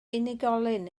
unigolyn